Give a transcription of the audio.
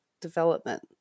development